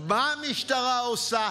מה המשטרה עושה,